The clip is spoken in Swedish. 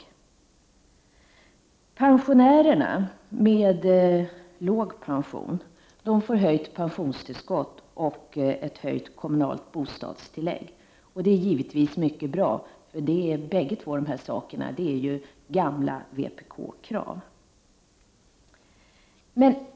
De pensionärer som har låga pensioner får höjt pensionstillskott och ett höjt kommunalt bostadstillägg. Det är givetvis mycket bra. Detta är två gamla vpk-krav.